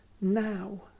now